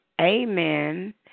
Amen